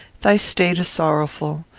thy state is sorrowful.